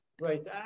Right